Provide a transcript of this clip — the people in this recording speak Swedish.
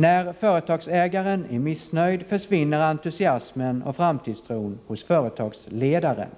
När företagsägaren är missnöjd försvinner entusiasmen och framtidstron hos företagsledaren.